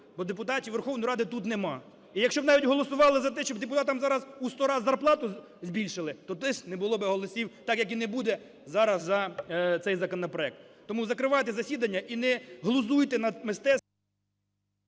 бо депутатів Верховної Ради тут немає. І якщо б навіть голосували за те, щоб зараз у сто раз зарплату збільшили, то теж не було б голосів, так як і не буде зараз за цей законопроект. Тому закривайте засідання і не глузуйте над мистецтвом…